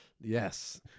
yes